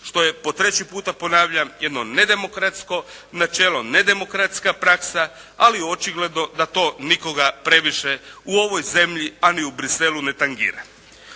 što je po treći puta ponavljam jedno nedemokratsko načelo, nedemokratska praksa ali očigledno da to nikoga previše u ovoj zemlji ali ni u Bruxellesu ne tangira.